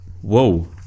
whoa